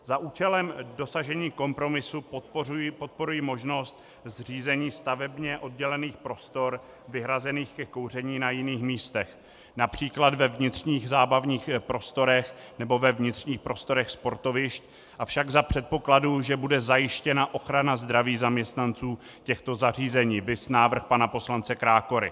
Za účelem dosažení kompromisu podporuji možnost zřízení stavebně oddělených prostor vyhrazených ke kouření na jiných místech, např. ve vnitřních zábavních prostorech nebo ve vnitřních prostorech sportovišť, avšak za předpokladu, že bude zajištěna ochrana zdraví zaměstnanců těchto zařízení viz návrh pana poslance Krákory.